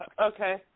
Okay